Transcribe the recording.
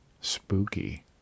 Spooky